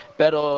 pero